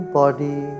body